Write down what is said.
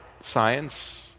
science